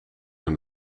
hun